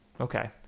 Okay